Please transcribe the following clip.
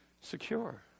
secure